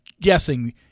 guessing